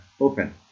open